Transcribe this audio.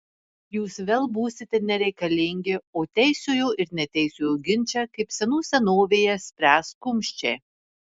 jūs vėl būsite nereikalingi o teisiojo ir neteisiojo ginčą kaip senų senovėje spręs kumščiai